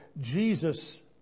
Jesus